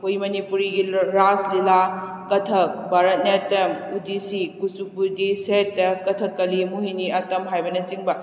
ꯑꯩꯈꯣꯏ ꯃꯅꯤꯄꯨꯔꯤꯒꯤ ꯔꯥꯁ ꯂꯤꯂꯥ ꯀꯊꯛ ꯚꯥꯔꯠ ꯅꯥꯏꯇꯤꯌꯝ ꯎꯗꯤꯁꯤ ꯀꯨꯆꯨꯄꯨꯗꯤꯁ ꯁꯥꯍꯇ꯭ꯌꯥ ꯀꯊꯛ ꯀꯂꯤ ꯃꯨꯍꯤꯅꯤ ꯑꯥꯇꯝ ꯍꯥꯏꯕꯅ ꯆꯤꯡꯕ